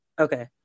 Okay